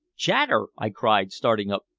chater! i cried, starting up.